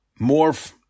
morph